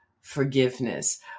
forgiveness